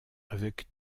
avec